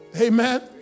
Amen